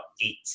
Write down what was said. eight